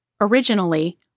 Originally